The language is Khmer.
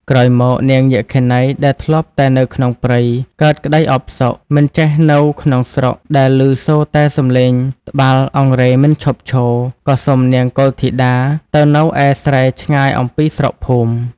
ក្រោយមក នាងយក្ខិនីដែលធ្លាប់តែនៅក្នុងព្រៃ កើតក្តីអផ្សុក មិនចេះនៅក្នុងស្រុកដែលឮសូរតែសំឡេងត្បាល់អង្រែមិនឈប់ឈរ ក៏សុំនាងកុលធីតាទៅនៅឯស្រែឆ្ងាយអំពីស្រុក ភូមិ។